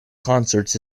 concerts